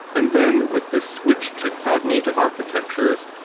and then with this switch to cloud native architectures,